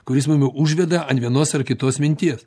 kuris mumi užveda ant vienos ar kitos minties